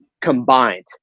combined